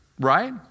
Right